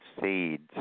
seeds